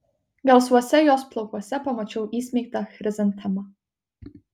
gelsvuose jos plaukuose pamačiau įsmeigtą chrizantemą